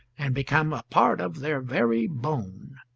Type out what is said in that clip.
and become a part of their very bone.